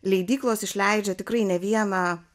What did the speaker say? leidyklos išleidžia tikrai ne vieną